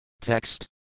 Text